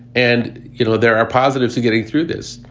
and, you know, there are positives to getting through this.